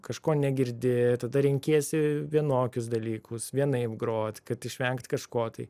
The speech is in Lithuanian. kažko negirdi tada renkiesi vienokius dalykus vienaip grot kad išvengt kažko tai